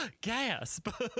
gasp